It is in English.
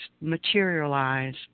materialize